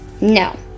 No